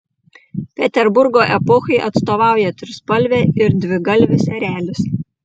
peterburgo epochai atstovauja trispalvė ir dvigalvis erelis